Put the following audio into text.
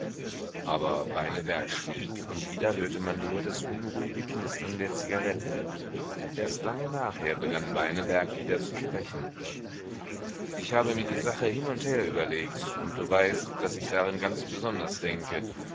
aber beineberg schwieg und wieder hörte man nur das unruhige knistern der zigaretten erst lange nachher begann beineberg wieder zu sprechen ich habe mir die sache hin und her überlegt und du weißt daß ich darin ganz besonders denke